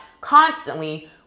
constantly